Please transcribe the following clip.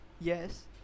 yes